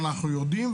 אנחנו יודעים,